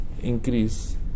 increase